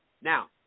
Now